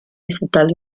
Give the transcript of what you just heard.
estatal